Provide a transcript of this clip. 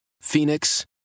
Phoenix